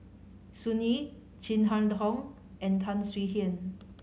Sun Yee Chin Harn Tong and Tan Swie Hian